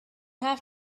have